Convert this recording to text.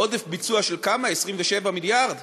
אמרתי שר התשתיות ואמרתי הכול,